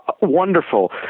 wonderful